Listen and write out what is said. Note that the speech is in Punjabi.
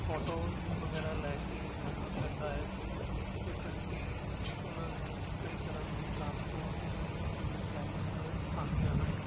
ਔਟੋ ਵਗੈਰਾ ਲੈ ਕੇ ਜਾਣਾ ਪੈਂਦਾ ਹੈ ਜਿਹਦੇ ਕਰਕੇ ਉਹਨਾਂ ਨੂੰ ਕਈ ਤਰ੍ਹਾਂ ਦੀ ਟਰਾਂਸਪੋਰਟ ਦੀਆਂ ਪ੍ਰੋਬਲਮਜ ਆਉਂਦੀਆਂ ਹਨ